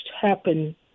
happen